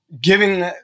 giving